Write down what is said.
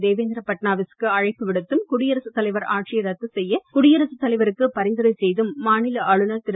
தேவேந்திர பட்நாவீசுக்கு அழைப்பு விடுத்தும் குடியரசுத் தலைவர் ஆட்சியை ரத்து செய்ய குடியரசுத் தலைவருக்கு பரிந்துரை செய்தும் மாநில ஆளுநர் திரு